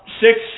six